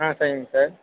ஆ சரிங்க சார்